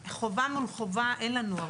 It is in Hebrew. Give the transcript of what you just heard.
חובה מול חובה אין לנו הרבה.